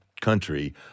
country